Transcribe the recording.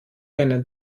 einen